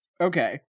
Okay